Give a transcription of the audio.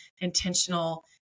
intentional